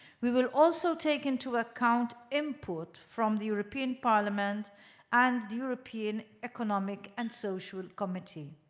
we will also take into account input from the european parliament and european economic and social committee.